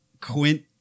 Quint